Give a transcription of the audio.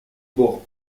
bords